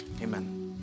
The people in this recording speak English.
Amen